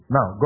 Now